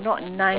oh what